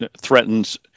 threatens